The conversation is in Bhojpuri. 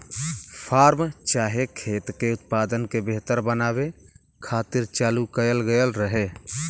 फार्म चाहे खेत के उत्पादन के बेहतर बनावे खातिर चालू कएल गएल रहे